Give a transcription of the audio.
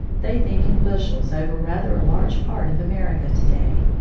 they think in bushels over rather a large part of america to-day.